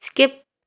skip